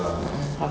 mm half